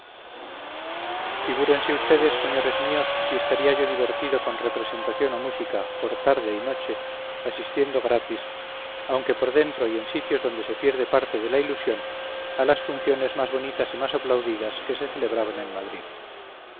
malibrán figúrense ustedes señores míos si estaría yo divertido con representación o música por tarde y noche asistiendo gratis aunque por dentro y en sitios donde se pierde parte de la ilusión a las funciones más bonitas y más aplaudidas que se celebraban en madrid